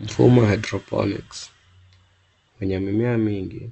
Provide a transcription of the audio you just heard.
Mfumo wa hydroponics , wenye mimea mingi,